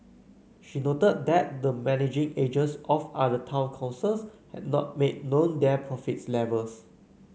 she noted that the managing agents of other town councils had not made known their profit levels